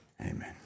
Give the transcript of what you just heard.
amen